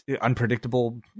unpredictable